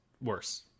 Worse